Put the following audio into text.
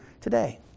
today